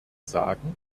sagen